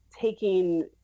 taking